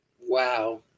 Wow